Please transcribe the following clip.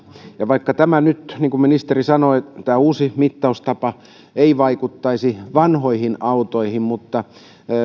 ja vaikka nyt niin kuin ministeri sanoi tämä uusi mittaustapa ei vaikuttaisi vanhoihin autoihin niin